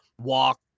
walk